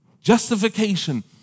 justification